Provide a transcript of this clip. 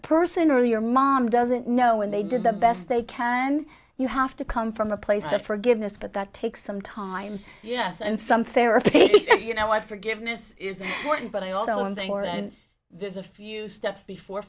person or your mom doesn't know when they did the best they can you have to come from a place of forgiveness but that takes some time yes and some therapy you know what forgiveness is but i also don't think or and there's a few steps before